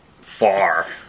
Far